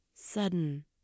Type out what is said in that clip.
sudden